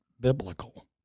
biblical